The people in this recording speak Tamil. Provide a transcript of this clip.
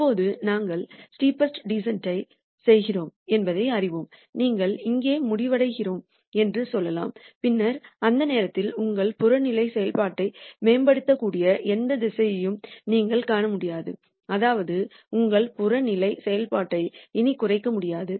இப்போது நாங்கள் ஸ்டெப்பஸ்ட் டீசன்ட் யைச் செய்கிறோம் என்பதை அறிவோம் நாங்கள் இங்கே முடிவடைகிறோம் என்று சொல்லலாம் பின்னர் அந்த நேரத்தில் உங்கள் புறநிலை செயல்பாட்டை மேம்படுத்தக்கூடிய எந்த திசையையும் நீங்கள் காண முடியாது அதாவது உங்கள் புறநிலை செயல்பாட்டை இனி குறைக்க முடியாது